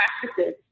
practices